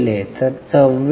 तर 44